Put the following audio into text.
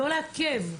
לא לעכב,